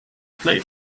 play